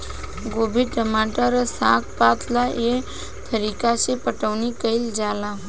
गोभी, टमाटर आ साग पात ला एह तरीका से पटाउनी कईल जाला